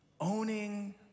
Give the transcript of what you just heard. owning